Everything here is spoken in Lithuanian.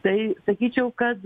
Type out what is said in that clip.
tai sakyčiau kad